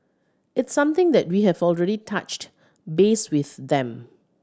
it's something that we have already touched base with them